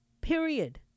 period